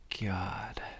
god